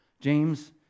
James